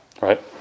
Right